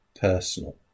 personal